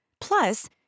Plus